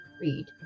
read